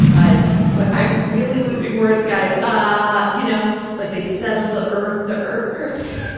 ah i'm really losing words, guys. ah you know like they settled the earth, the earth, earth's,